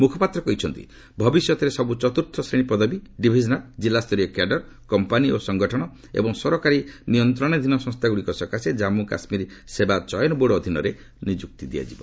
ମୁଖପାତ୍ର କହିଛନ୍ତି ଭବିଷ୍ୟତରେ ସବୁ ଚତୁର୍ଥ ଶ୍ରେଣୀ ପଦବି ଡିଭିଜନାଲ୍ କିଲ୍ଲା ସ୍ତରୀୟ କ୍ୟାଡର କମ୍ପାନୀ ସଂଗଠନ ଏବଂ ସରକାରୀ ନିୟନ୍ତ୍ରଣାଧୀନ ସଂସ୍ଥାଗୁଡ଼ିକ ସକାଶେ ଜାମ୍ମୁ କାଶ୍ମୀର ସେବା ଚୟନ ବୋର୍ଡ ଅଧୀନରେ ନିଯୁକ୍ତି ଦିଆଯିବ